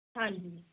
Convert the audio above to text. ਹਾਂਜੀ